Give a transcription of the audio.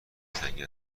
تنگ